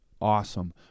awesome